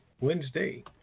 Wednesday